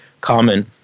common